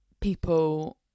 people